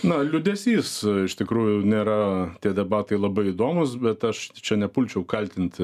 na liūdesys iš tikrųjų nėra tie debatai labai įdomūs bet aš čia nepulčiau kaltinti